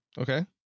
Okay